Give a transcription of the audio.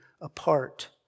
apart